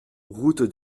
route